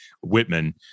Whitman